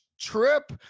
trip